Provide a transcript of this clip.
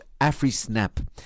AfriSnap